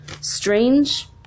strange